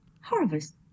harvest